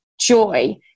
joy